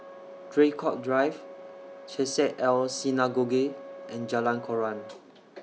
Draycott Drive Chesed El Synagogue and Jalan Koran